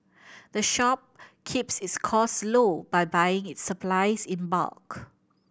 the shop keeps its cost low by buying its supplies in bulk